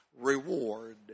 reward